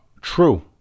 true